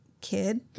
kid